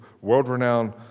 world-renowned